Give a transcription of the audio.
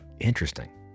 Interesting